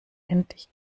endlich